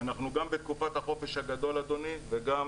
אנחנו גם בתקופת החופש הגדול אדוני וגם